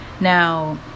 now